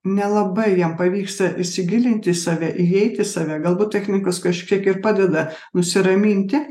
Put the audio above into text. nelabai jam pavyksta įsigilinti į saveįeiti į save galbūt technikos kažkiek ir padeda nusiraminti